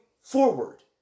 forward